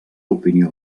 opinió